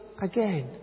again